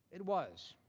it was.